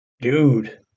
Dude